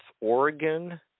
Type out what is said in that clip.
Oregon